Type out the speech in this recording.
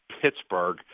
Pittsburgh